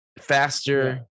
Faster